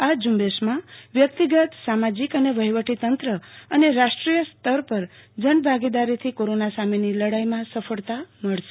આ ઝુંબેશમાં વ્યક્તિગત સામજીક અને વફીવટીતંત્ર અને રાષ્ટ્રીયસ્તર પર જનભાગીદારીથી કોરોના સામેની લડાઈમાં સફળતા મળશે